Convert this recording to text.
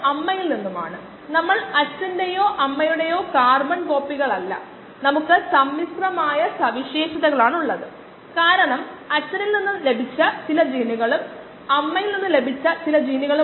അതിനാൽ 5 മടങ്ങ് കുറയ്ക്കുന്നതിന് നമുക്ക് 5 മിനിറ്റ് അല്ലെങ്കിൽ 300 സെക്കൻഡ് ആവശ്യമാണ്